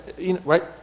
Right